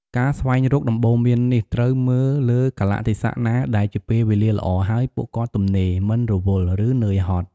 ការស្វែងរកដំបូន្មាននេះ ត្រូវមើលលើកាលៈទេសៈណាដែលជាពេលវេលាល្អ ហើយពួកគាត់ទំនេរ មិនរវល់ ឬនឿយហត់។